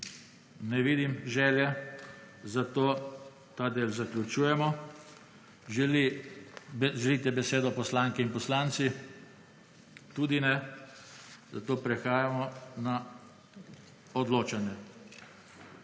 Ne vidim želje, zato ta del zaključujemo. Želite besedo poslanke in poslanci? Tudi ne. Prehajamo na odločanje.